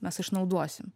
mes išnaudosim